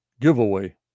giveaway